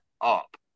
up